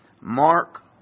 Mark